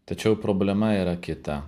tačiau problema yra kita